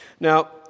Now